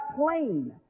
plane